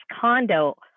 condo